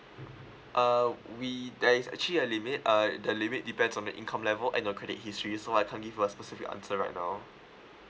uh we there is actually a limit err the limit depends on the income level and your credit history so I can't give you a specific answer right now